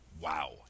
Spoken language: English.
Wow